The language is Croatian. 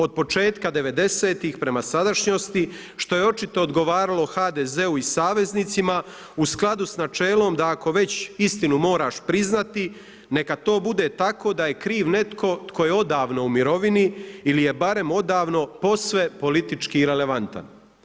Od početka '90. prema sadašnjosti, što je očito odgovaralo HDZ-u i saveznicima, u skladu s načelom, da ako već istinu moraš priznati, neka to bude tako, da je kriv netko tko je odavno u mirovini ili je barem odavno posve politički relevantan.